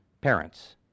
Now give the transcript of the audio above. parents